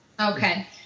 Okay